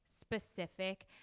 specific